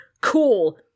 Cool